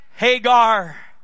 Hagar